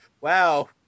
Wow